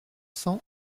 cents